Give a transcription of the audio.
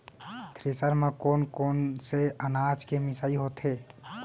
Thresher म कोन कोन से अनाज के मिसाई होथे?